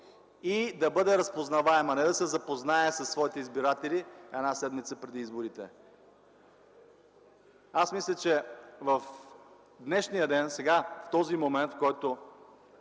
и да бъде разпознаваем, а не да се запознае със своите избиратели една седмица преди изборите. Аз мисля, че в днешния ден, сега, в този момент, в който